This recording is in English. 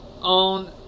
on